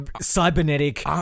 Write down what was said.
cybernetic